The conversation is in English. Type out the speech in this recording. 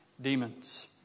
demons